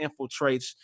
infiltrates